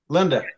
Linda